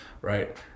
right